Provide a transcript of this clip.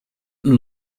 nous